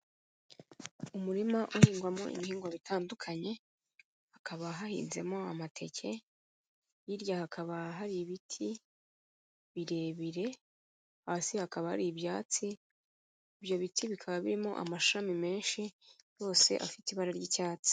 Umurima uhingwamo ibihingwa bitandukanye, hakaba hahinzemo amateke hirya hakaba hari ibiti birebire, hasi hakaba hari ibyatsi. Ibyo biti bikaba birimo amashami menshi yose afite ibara ry'icyatsi.